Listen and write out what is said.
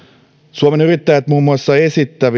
suomen yrittäjät muun muassa esittää